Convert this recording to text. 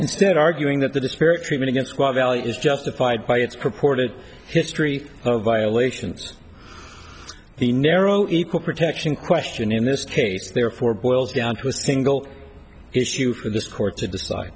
instead arguing that the disparate treatment in swat valley is justified by its purported history of violations the narrow equal protection question in this case therefore boils down to a single issue for this court to decide